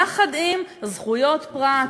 יחד עם זכויות פרט,